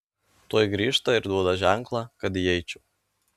tuoj grįžta ir duoda ženklą kad įeičiau